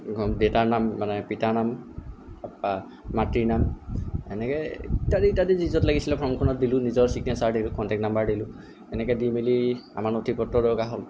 দেতাৰ নাম মানে পিতাৰ নাম তাৰপা মাতৃৰ নাম এনেকে ইত্যাদি ইত্যাদি যি য'ত লাগিছিলে ফৰ্মখনত দিলোঁ নিজৰ চিগনেশ্যাৰ কণ্টেক্ট নম্বৰ দিলোঁ এনেকে দি মেলি আমাৰ নথিপত্ৰ দৰকাৰ হ'ল